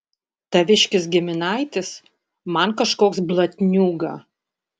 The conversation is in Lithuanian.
taviškis giminaitis man kažkoks blatniūga